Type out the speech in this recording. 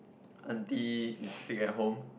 aunty is sick at home